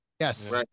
Yes